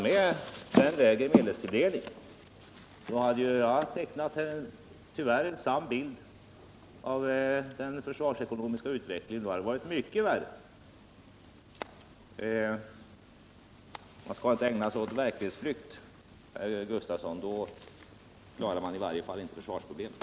Med den lägre medelstilldelningen då — jag tecknade tyvärr en sann bild av den försvarsekonomiska utvecklingen — hade det varit mycket värre. Man skall inte ägna sig åt verklighetsflykt, herr Gustavsson — då klarar man i varje fall inte försvarsproblemen.